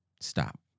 stop